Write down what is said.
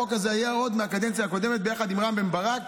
החוק הזה היה עוד מהקדנציה הקודמת ביחד עם רם בן ברק